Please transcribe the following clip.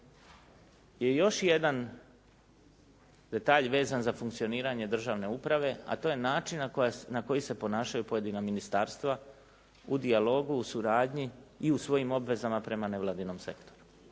je još jedan detalj vezan za funkcioniranje državne uprave a to je način na koji se ponašaju pojedina ministarstva u dijalogu, u suradnji i u svojim obvezama prema nevladinom sektoru.